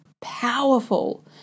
powerful